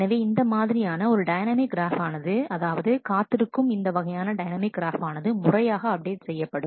எனவே இந்த மாதிரியான ஒரு டைனமிக் கிராஃப் ஆனது அதாவது காத்திருக்கும் இந்த வகையான டைனமிக் கிராஃப் ஆனது முறையாக அப்டேட் செய்யப்படும்